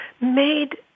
made